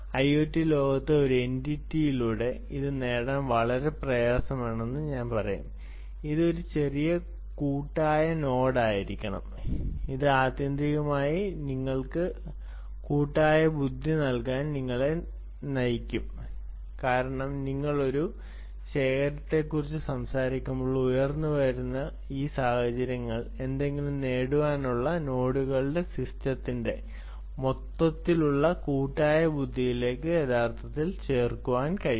IoT ലോകത്ത് ഒരു എന്റിറ്റിയിലൂടെ അത് നേടാൻ വളരെ പ്രയാസമാണെന്ന് ഞാൻ പറയും ഇത് ഒരു കൂട്ടായ നോഡുകളായിരിക്കണം അത് ആത്യന്തികമായി നിങ്ങൾക്ക് ഈ കൂട്ടായ ബുദ്ധി നൽകാൻ നിങ്ങളെ നയിക്കും കാരണം നിങ്ങൾ ഒരു ശേഖരത്തെക്കുറിച്ച് സംസാരിക്കുമ്പോൾ ഉയർന്നുവരുന്ന ഈ സാഹചര്യങ്ങൾ എന്തെങ്കിലും നേടുന്നതിനുള്ള നോഡുകളുടെ സിസ്റ്റത്തിന്റെ മൊത്തത്തിലുള്ള കൂട്ടായ ബുദ്ധിയിലേക്ക് യഥാർത്ഥത്തിൽ ചേർക്കാൻ കഴിയും